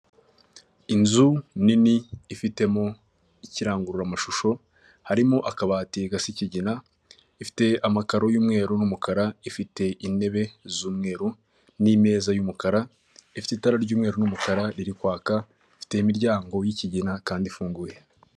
Inzu nini ifitemo ikirangururamashusho harimo akabati gasa ikigina, ifite amakaro y'umweru n'umukara, ifite intebe z'umweru n'imeza y'umukara, ifite itara ry'umweru n'umukara iri kwaka, ifite imiryango y'ikigina kandi ifunguye.